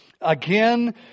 again